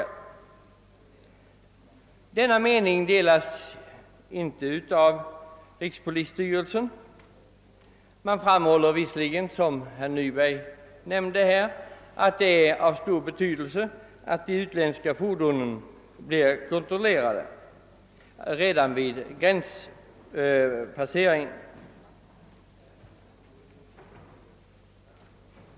Denna mening delas inte av rikspolisstyrelsen. Rikspolisstyrelsen framhåller visserligen, som herr Nyberg nämnde, att det är av stor betydelse att de utländska fordonen blir kontrollerade redan vid gränspasseringen.